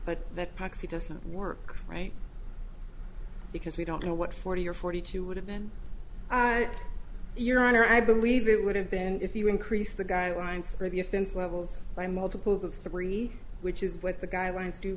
but that proxy doesn't work right because we don't know what forty or forty two would have been your honor i believe it would have been if you increase the guidelines for the offense levels by multiples of three which is what the guidelines do